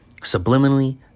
subliminally